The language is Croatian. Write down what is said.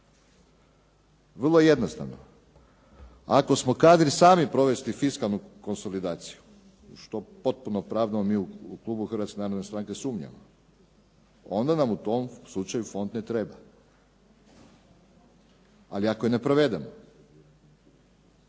Vrlo je jednostavno. Ako smo kadri sami provesti fiskalnu konsolidaciju, što potpuno opravdano mi u klubu Hrvatske narodne stranke sumnjamo, onda nam u tom slučaju fond ne treba. Ali ako je ne provedemo,